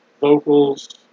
vocals